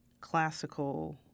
classical